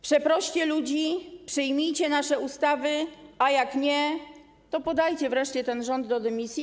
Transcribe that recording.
Przeproście ludzi, przyjmijcie nasze ustawy, a jak nie, to podajcie wreszcie ten rząd do dymisji.